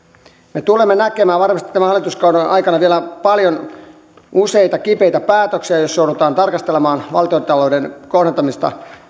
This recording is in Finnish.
me tulemme näkemään varmasti tämän hallituskauden aikana vielä useita kipeitä päätöksiä joissa joudutaan tarkastelemaan valtiontalouden kohdentamista